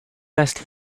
asked